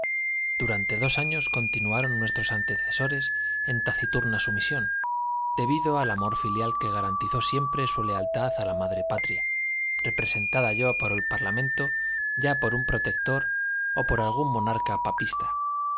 durante dos años continuaron nuestros antecesores en taciturna sumisión debido al amor filial que garantizó siempre su lealtad a la madre patria representada ya por el parlamento ya por un protector o por algún monarca papista